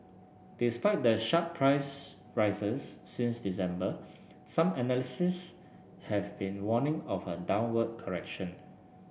despite the sharp price rises since December some analysts have been warning of a downward correction